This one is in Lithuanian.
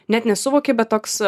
net nesuvoki bet toks